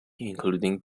including